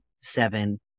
seven